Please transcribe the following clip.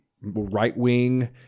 right-wing